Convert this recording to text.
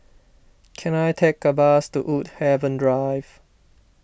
can I take a bus to Woodhaven Drive